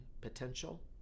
potential